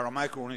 ברמה העקרונית,